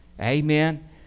Amen